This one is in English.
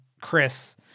Chris